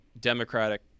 Democratic